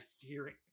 hearing